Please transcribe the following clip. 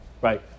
right